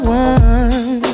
one